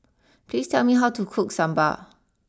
please tell me how to cook Sambar